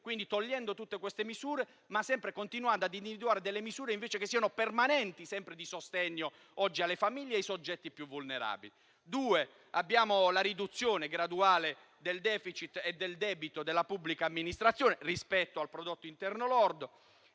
si eliminano tutte queste misure, ma si continuano a individuare delle misure permanenti di sostegno alle famiglie e ai soggetti più vulnerabili. In secondo luogo, abbiamo la riduzione graduale del *deficit* e del debito della pubblica amministrazione rispetto al prodotto interno lordo.